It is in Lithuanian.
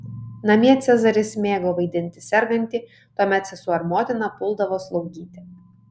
namie cezaris mėgo vaidinti sergantį tuomet sesuo ir motina puldavo slaugyti